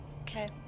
Okay